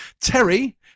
terry